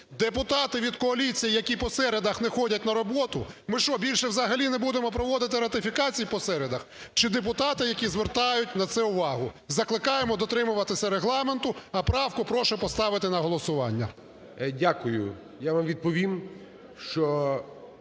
депутати від коаліції, які по середах не ходять на роботу, ми що, більше взагалі не будемо проводити ратифікацій по середах, чи депутати, які звертають на це увагу? Закликаємо дотримуватися Регламенту. А правку прошу поставити на голосування. ГОЛОВУЮЧИЙ. Дякую. Я вам відповім, що